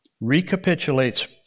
recapitulates